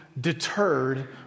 deterred